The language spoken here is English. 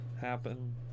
happen